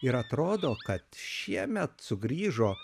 ir atrodo kad šiemet sugrįžo